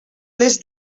les